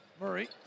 Murray